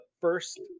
first